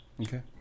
Okay